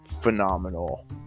phenomenal